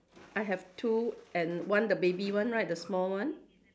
I have two and one the baby one right the small one